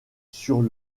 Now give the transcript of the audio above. sur